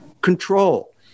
control